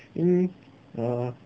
anyway err